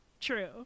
True